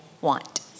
want